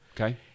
Okay